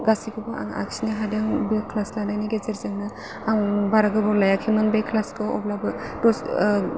गासैखौबो आं आखिनो हादों बे क्लास लानायनि गेजेरजोंनो आं बारा गोबाव लायाखैमोन बे क्लासखौ अब्लाबो